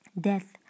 death